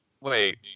Wait